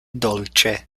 dolĉe